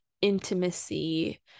intimacy